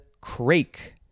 crake